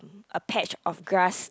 a patch of grass